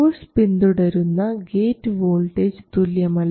source പിന്തുടരുന്ന gate voltage തുല്യമല്ല